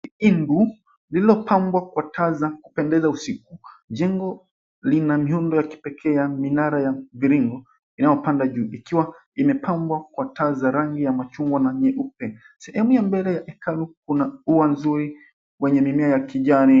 Ingu lililopambwa kwa taa za kupendeza usiku. Jengo lina miundo ya kipekee ya minara ya mviringo inayopanda juu ikiwa imepangwa kwa taa rangi ya machungwa na nyeupe. Sehemu ya mbele ya hekalu kuna ua nzuri wenye mimea ya kijani.